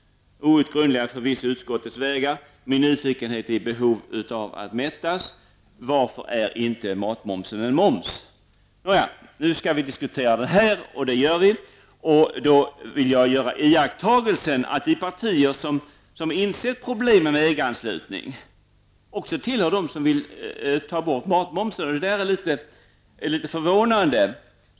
Outgrundliga är förvisso utskottets vägar. Min nyfikenhet behöver mättas. Varför är inte matmomsen en moms? Nåja, nu skall vi diskutera det här och det gör vi. De partier som inser problemet med EG-anslutning tillhör också dem som vill ta bort matmomsen. Detta är litet förvånande.